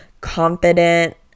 confident